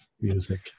music